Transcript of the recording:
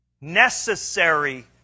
necessary